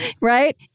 Right